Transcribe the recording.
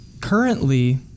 Currently